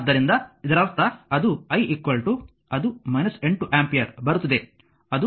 ಆದ್ದರಿಂದ ಇದರರ್ಥ ಅದು i ಅದು 8 ಆಂಪಿಯರ್ ಬರುತ್ತಿದೆ